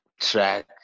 Track